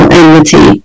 enmity